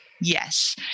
Yes